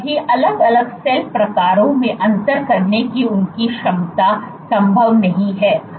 सभी अलग अलग सेल प्रकारों में अंतर करने की उनकी क्षमता संभव नहीं है